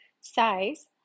size